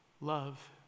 Love